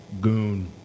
goon